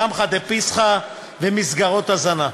קמחא דפסחא ומסגרות הזנה.